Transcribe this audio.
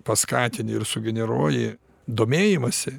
paskatini ir sugeneruoji domėjimąsi